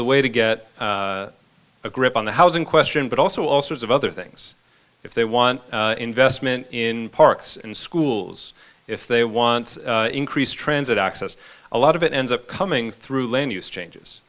the way to get a grip on the housing question but also all sorts of other things if they want investment in parks and schools if they want increase transit access a lot of it ends up coming through land use changes